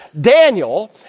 Daniel